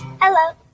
Hello